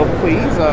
please